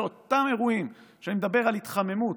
אותם אירועים, אני מדבר על התחממות,